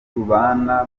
tubana